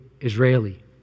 Israeli